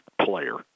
player